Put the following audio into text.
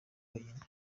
wenyine